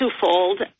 twofold